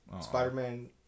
Spider-Man